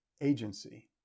agency